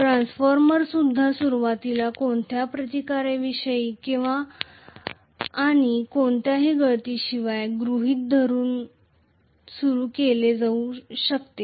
ट्रान्सफॉर्मरसुद्धा सुरुवातीला कोणत्याही रेझिस्टन्सेशिवाय आणि कोणत्याही गळतीशिवाय गृहीत धरून सुरू केले जाऊ शकते